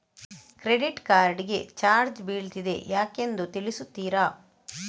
Credit card ಗೆ charge ಬೀಳ್ತಿದೆ ಯಾಕೆಂದು ತಿಳಿಸುತ್ತೀರಾ?